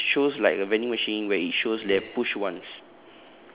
ya it shows like a vending machine where it shows there push once